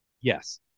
Yes